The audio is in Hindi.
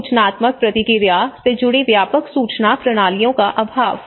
पूर्व सूचनात्मक प्रतिक्रिया से जुड़ी व्यापक सूचना प्रणालियों का अभाव